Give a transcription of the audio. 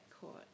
caught